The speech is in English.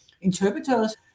interpreters